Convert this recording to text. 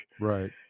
Right